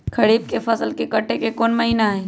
खरीफ के फसल के कटे के कोंन महिना हई?